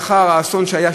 לאחר האסון שהיה,